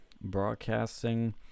broadcasting